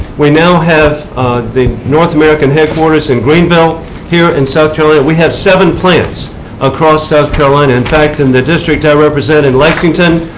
we now have the north american headquarters in greenville here in south carolina. we have seven plants across south carolina. in fact, in the district i represent in lexington,